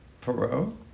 Perot